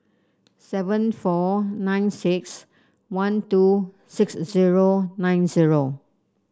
seven four nine six one two six zero nine zero